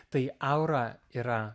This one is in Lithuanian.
tai aura yra